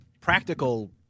practical